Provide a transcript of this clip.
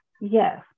Yes